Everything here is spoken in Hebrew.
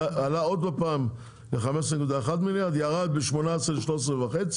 עלה עוד פעם ל-15.1 מיליארד וירד ב-2018 ל-13.5,